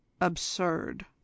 absurd